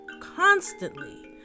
constantly